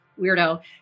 weirdo